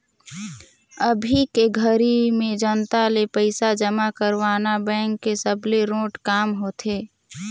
अभी के घरी में जनता ले पइसा जमा करवाना बेंक के सबले रोंट काम होथे